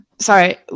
Sorry